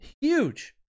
huge